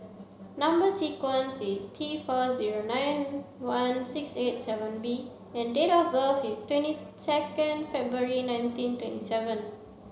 number sequence is T four zero nine one six eight seven V and date of birth is twenty second February nineteen twenty seven